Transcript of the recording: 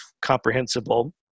comprehensible